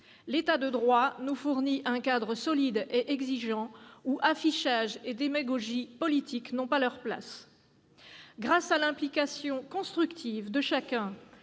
L'État de droit nous fournit un cadre solide et exigeant où affichage et démagogie politiques n'ont pas leur place. Grâce à l'implication constructive de chacun,